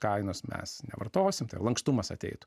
kainos mes nevartosim tai lankstumas ateitų